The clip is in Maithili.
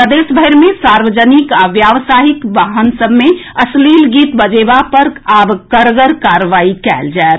प्रदेश भरि मे सार्वजनिक आ व्यावसायिक वाहन सभ मे अश्लील गीत बजेबा पर आब कड़गर कार्रवाई कएल जाएत